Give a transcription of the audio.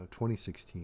2016